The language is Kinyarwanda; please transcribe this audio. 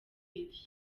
ivyo